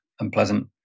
unpleasant